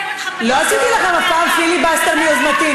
לא עשיתי לכם אף פעם פיליבסטר מיוזמתי,